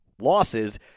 losses